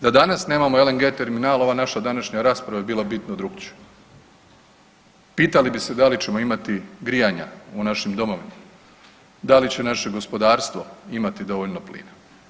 Da danas nemamo LNG terminal ova naša današnja rasprava bi bila bitno drukčija, pitali bi se da li ćemo imati grijanja u našim domovima, da li će naše gospodarstvo imati dovoljno plina.